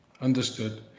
understood